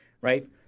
right